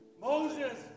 Moses